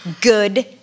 good